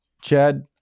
Chad